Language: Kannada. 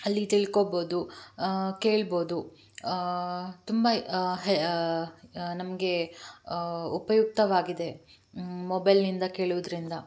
ಅಲ್ಲಿ ತಿಳ್ಕೋಬೋದು ಕೇಳ್ಬೋದು ತುಂಬ ಹೇ ನಮಗೆ ಉಪಯುಕ್ತವಾಗಿದೆ ಮೊಬೈಲಿನಿಂದ ಕೇಳುವುದರಿಂದ